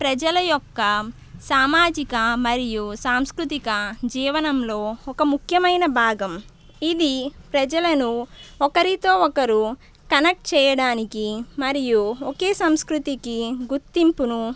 ప్రజలయొక్క మరియు సామాజిక సాంస్కృతిక జీవనంలో ఒక ముఖ్యమైన భాగం ఇది ప్రజలను ఒకరితో ఒకరు కనెక్ట్ చేయడానికి మరియు ఒకే సంస్కృతికి గుర్తింపును